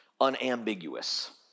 unambiguous